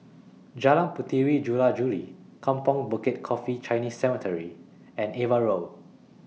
Jalan Puteri Jula Juli Kampong Bukit Coffee Chinese Cemetery and AVA Road